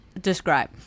describe